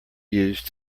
used